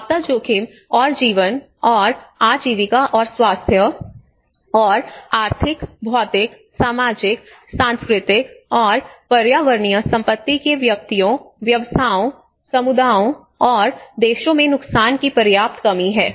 आपदा जोखिम और जीवन और आजीविका और स्वास्थ्य और आर्थिक भौतिक सामाजिक सांस्कृतिक और पर्यावरणीय संपत्ति के व्यक्तियों व्यवसायों समुदायों और देशों में नुकसान की पर्याप्त कमी है